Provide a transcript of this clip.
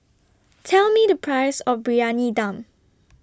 Tell Me The Price of Briyani Dum